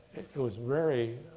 it was very,